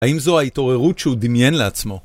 האם זו ההתעוררות שהוא דמיין לעצמו?